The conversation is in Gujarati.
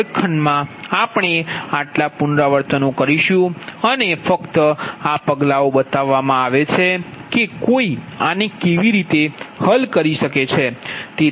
વર્ગખંડમાં આપણે આટલા પુનરાવર્તનો કરીશું અને ફક્ત આ પગલાઓ બતાવવામાં આવે છે કે કોઈ આને કેવી રીતે હલ કરી શકે છે